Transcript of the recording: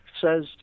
says